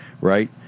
Right